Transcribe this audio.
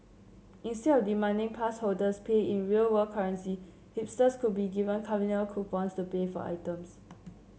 instead of demanding pass holders pay in real world currency hipsters could be given carnival coupons to pay for items